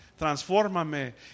transformame